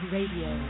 Radio